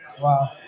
wow